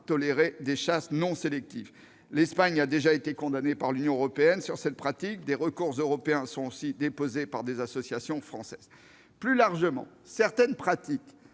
tolérer demain des chasses non sélectives. L'Espagne a déjà été condamnée par l'Union européenne sur ce fondement et des recours européens ont aussi été déposés par des associations françaises. Plus généralement, certaines pratiques,